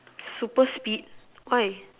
super speed why